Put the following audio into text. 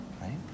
right